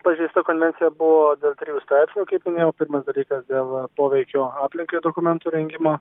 pažeista konvencija buvo dėl trijų straipsnių kaip minėjau pirmas dalykas dėl poveikio aplinkai dokumentų rengimo